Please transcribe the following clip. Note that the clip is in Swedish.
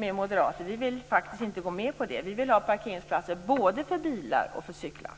Vi moderater vill inte gå med på det. Vi vill ha parkeringsplatser för både bilar och cyklar.